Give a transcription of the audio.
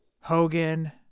Hogan